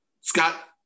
Scott